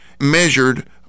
Measured